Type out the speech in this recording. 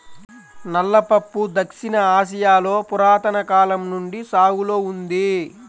నల్ల పప్పు దక్షిణ ఆసియాలో పురాతన కాలం నుండి సాగులో ఉంది